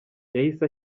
yahise